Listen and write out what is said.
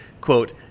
quote